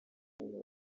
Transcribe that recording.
umuntu